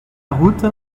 route